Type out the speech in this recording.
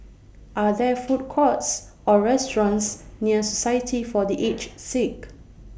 Are There Food Courts Or restaurants near Society For The Aged Sick